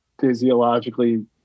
physiologically